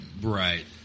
Right